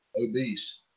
Obese